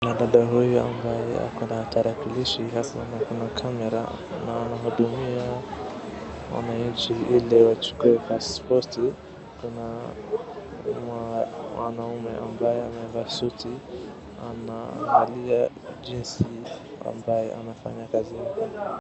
Kuna dada huyu ambaye akona tarakilishi na haswa akona kamera na anahudumia wananchi ili wachukue paspoti. Kuna mwanume ambaye amevaa suti anaangalia jinsi anafanya kazi yake.